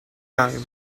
time